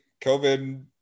COVID